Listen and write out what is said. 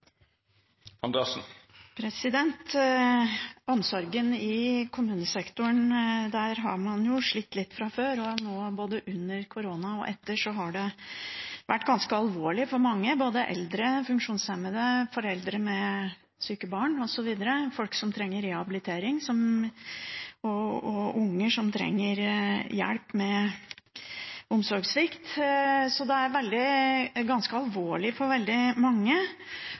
omsorgen i kommunesektoren, har man jo slitt litt fra før, og både under korona og etter har det vært ganske alvorlig for mange – både eldre, funksjonshemmede, foreldre med syke barn, folk som trenger rehabilitering, og unger som trenger hjelp i forbindelse med omsorgssvikt. Det er ganske alvorlig for veldig mange.